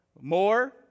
more